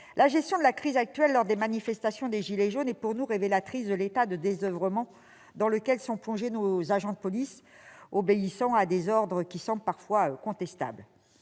La gestion de la crise actuelle lors des manifestations des « gilets jaunes » est pour nous révélatrice de l'état de désoeuvrement dans lequel sont plongés nos agents de police, obéissant à des ordres qui semblent parfois contestables